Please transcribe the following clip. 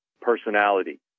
personality